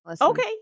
okay